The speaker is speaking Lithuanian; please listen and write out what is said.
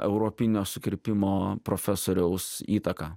europinio sukirpimo profesoriaus įtaką